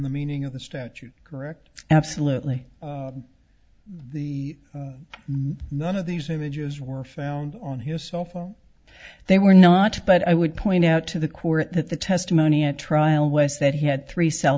the meaning of the statute correct absolutely the none of these images were found on his cell phone they were not but i would point out to the court that the testimony at trial wes that he had three cell